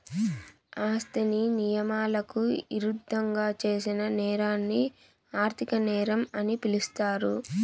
ఆస్తిని నియమాలకు ఇరుద్దంగా చేసిన నేరాన్ని ఆర్థిక నేరం అని పిలుస్తారు